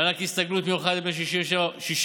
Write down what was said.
מענק הסתגלות מיוחד לבני 67 ומעלה,